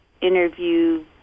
interview